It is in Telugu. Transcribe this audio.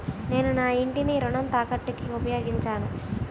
నేను నా ఇంటిని రుణ తాకట్టుకి ఉపయోగించాను